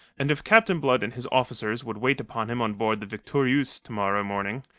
and if captain blood and his officers would wait upon him on board the victorieuse to-morrow morning,